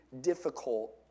difficult